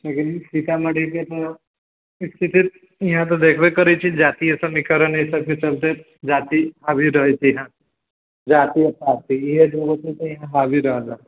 अखन सीतामढीके स्थिति यहाँ तऽ देखबय करै छियै जाति समीकरण एहिसबके चलते जाति हावी रहै छै यहाँ जाति आ पार्टी इएहे दू गो चीज तऽ यहाँ हावी रहल है